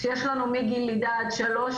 כשיש לנו מגיל לידה עד שלוש